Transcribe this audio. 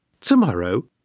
Tomorrow